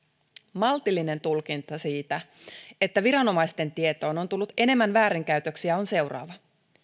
maltillinen tulkinta siitä että viranomaisten tietoon on tullut enemmän väärinkäytöksiä on seuraava